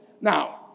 Now